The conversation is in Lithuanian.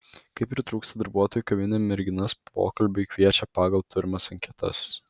kai pritrūksta darbuotojų kavinė merginas pokalbiui kviečia pagal turimas anketas